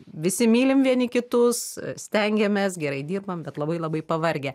visi mylim vieni kitus stengiamės gerai dirbam bet labai labai pavargę